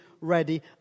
ready